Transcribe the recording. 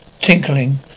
Tinkling